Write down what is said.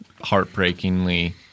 heartbreakingly